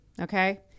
Okay